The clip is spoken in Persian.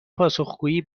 پاسخگویی